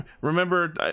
remember